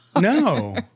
No